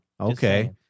Okay